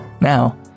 Now